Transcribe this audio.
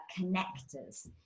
connectors